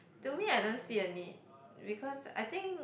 to me I don't see a need because I think